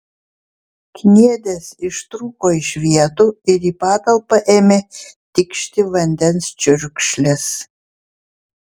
kniedės ištrūko iš vietų ir į patalpą ėmė tikšti vandens čiurkšlės